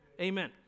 Amen